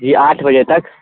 جی آٹھ بجے تک